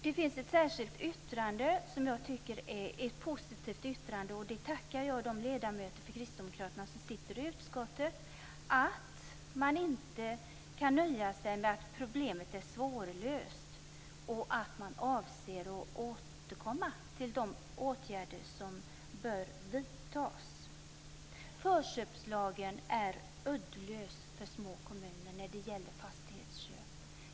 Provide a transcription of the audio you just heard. Det finns ett särskilt yttrande som jag tycker är positivt - och det tackar jag de ledamöter för kristdemokraterna som sitter i utskottet för - att man inte kan nöja sig med att problemet är svårlöst och att man avser att återkomma till de åtgärder som bör vidtas. Förköpslagen är uddlös för små kommuner när det gäller fastighetsköp.